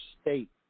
state